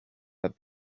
that